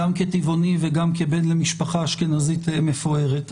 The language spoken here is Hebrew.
גם כטבעוני וגם כבן למשפחה אשכנזית מפוארת,